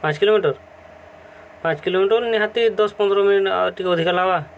ପାଞ୍ଚ କିଲୋମିଟର ପାଞ୍ଚ କିଲୋମିଟର ନିହାତି ଦଶ ପନ୍ଦର ମିନିଟ୍ ଆଉ ଟିକେ ଅଧିକା ଲାଗ୍ବା